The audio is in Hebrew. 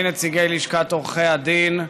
שני נציגי לשכת עורכי-הדין,